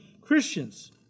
Christians